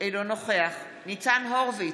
אינו נוכח ניצן הורוביץ,